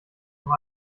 noch